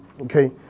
Okay